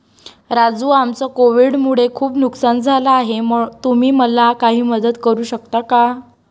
राजू आमचं कोविड मुळे खूप नुकसान झालं आहे तुम्ही मला काही मदत करू शकता का?